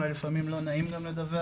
אולי לפעמים גם לא נעים גם לדווח,